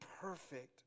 perfect